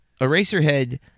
Eraserhead